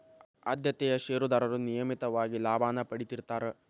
ಆದ್ಯತೆಯ ಷೇರದಾರರು ನಿಯಮಿತವಾಗಿ ಲಾಭಾನ ಪಡೇತಿರ್ತ್ತಾರಾ